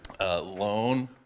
loan